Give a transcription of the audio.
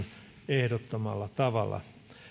ehdottamalla tavalla